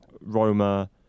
Roma